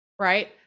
right